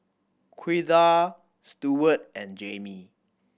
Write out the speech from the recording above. Ouida Stewart and Jaimee